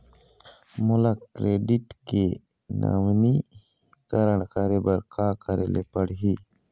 मोला क्रेडिट के नवीनीकरण करे बर का करे ले पड़ही?